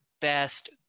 best